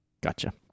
Gotcha